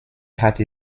hatte